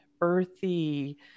earthy